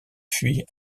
fuit